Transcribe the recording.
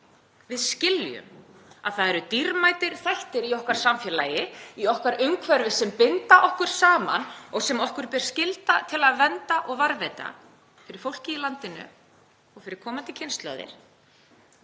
Við skiljum að það eru dýrmætir þættir í okkar samfélagi, í okkar umhverfi, sem binda okkur saman og sem okkur ber skylda til að vernda og varðveita, fyrir fólkið í landinu og fyrir komandi kynslóðir.